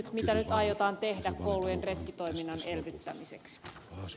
mitä nyt aiotaan tehdä koulujen retkitoiminnan elvyttämiseksi